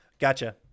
Gotcha